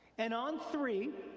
and on three,